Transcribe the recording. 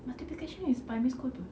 multiplication is primary school [pe]